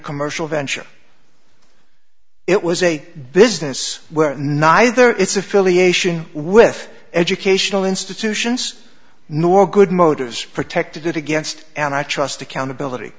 commercial venture it was a business where neither its affiliation with educational institutions nor good motives protected it against an i trust accountability